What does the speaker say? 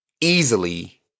easily